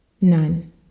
None